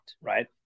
right